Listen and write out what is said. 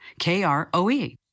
KROE